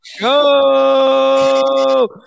go